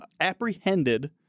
apprehended